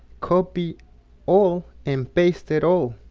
copy all and paste at all